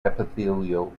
epithelial